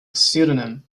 pseudonym